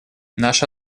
наше